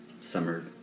summer